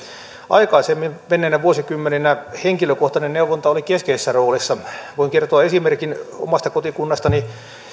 aikaisemmin menneinä vuosikymmeninä henkilökohtainen neuvonta oli keskeisessä roolissa voin kertoa esimerkin omasta kotikunnastani